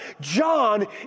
John